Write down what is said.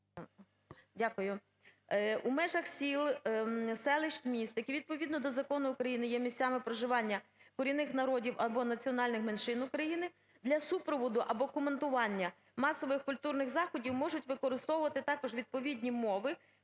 Дякую. "В межах сіл, селищ, міст, які, відповідно до закону України, є місцями проживання корінних народів або національних меншин України, для супроводу (або коментування) масових культурних заходів можуть використовувати також відповідні мови